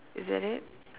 is that it